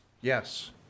Yes